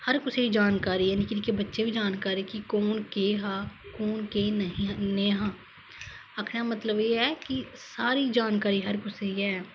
हर कुसेगी जानकारी है निक्के निक्के बच्चे गी बी जानकारी कि कुन केह् हा कुन केह् नेई हां आक्खने दा मतलब ऐ है कि सारी जानकारी हर कुसी गी ऐ